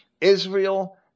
Israel